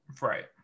Right